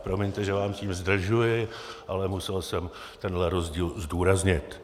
Promiňte, že vás tím zdržuji, ale musel jsem tenhle rozdíl zdůraznit.